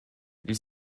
ils